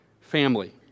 family